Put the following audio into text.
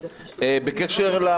בבקשה.